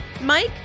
Mike